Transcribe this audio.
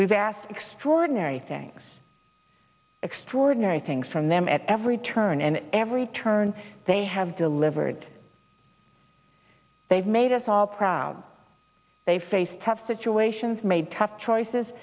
we've asked extraordinary things extraordinary things from them at every turn and every turn they have delivered they've made us all proud they faced tough situations made tough choices